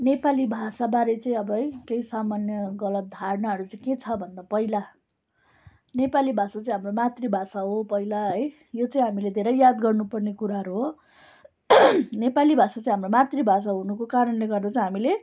नेपाली भाषाबारे चाहिँ अब है केही सामान्य गलत धारणाहरू चाहिँ के छ भन्दा पहिला नेपाली भाषा चाहिँ हाम्रो मातृ भाषा हो पहिला है यो चाहिँ हामीले धेरै याद गर्नु पर्ने कुराहरू हो नेपाली भाषा चाहिँ हाम्रो मातृ भाषा हुनुको कारणले गर्दा चाहिँ हामीले